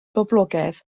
boblogaidd